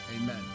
amen